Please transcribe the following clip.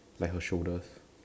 like her shoulders